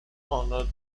honors